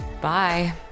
Bye